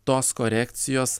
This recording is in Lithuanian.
tos korekcijos